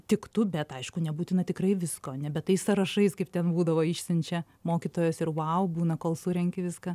tiktų bet aišku nebūtina tikrai visko nebe tais sąrašais kaip ten būdavo išsiunčia mokytojas ir wow būna kol surenki viską